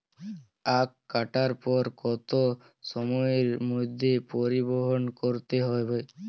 আখ কাটার পর কত সময়ের মধ্যে পরিবহন করতে হবে?